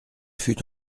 fut